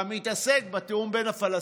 גם מתעסק בתיאום עם הפלסטינים,